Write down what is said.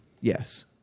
Yes